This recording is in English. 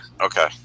Okay